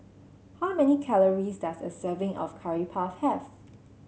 how many calories does a serving of Curry Puff have